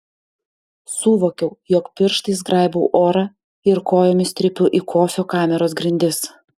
suvokiau jog pirštais graibau orą ir kojomis trypiu į kofio kameros grindis